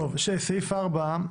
סעיף 4,